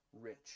rich